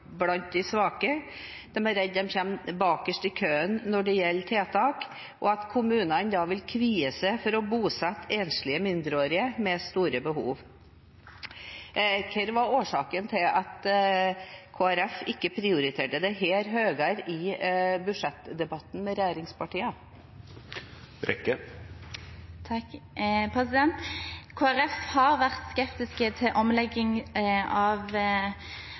blant de svake. De er redd for at disse kommer bakerst i køen når det gjelder tiltak, og at kommunene da vil kvie seg for å bosette enslige mindreårige med store behov. Hva var årsaken til at Kristelig Folkeparti ikke prioriterte dette høyere i budsjettdebatten med regjeringspartiene? Kristelig Folkeparti har vært skeptiske til omlegging av